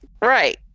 right